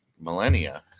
millennia